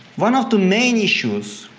one of the main issues